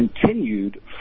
continued